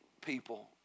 people